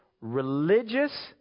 Religious